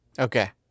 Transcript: Okay